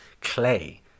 clay